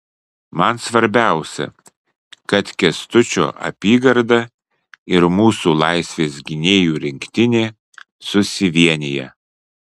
man svarbiausia kad kęstučio apygarda ir mūsų laisvės gynėjų rinktinė susivienija